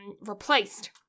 replaced